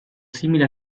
simili